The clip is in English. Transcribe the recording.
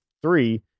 three